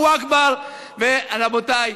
הוא התחיל לרעוד.